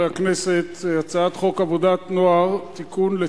אני קובע שהצעת חוק מינהל מקרקעי ישראל (תיקון,